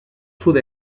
sud